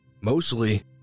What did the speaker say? mostly